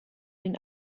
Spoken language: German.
den